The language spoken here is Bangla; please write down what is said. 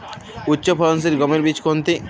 উচ্চফলনশীল গমের বীজ কোনটি?